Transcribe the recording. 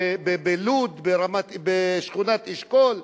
בלוד בשכונת רמת-אשכול,